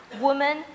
woman